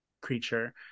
creature